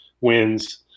wins